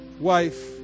wife